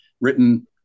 written